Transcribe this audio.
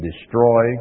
destroy